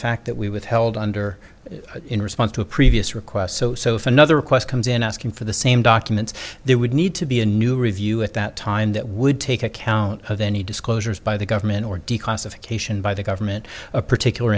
fact that we withheld under in response to a previous request so so if another request comes in asking for the same documents they would need to be a new review at that time that would take account of any disclosures by the government or declassification by the government a particular